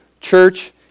church